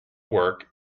work